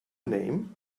name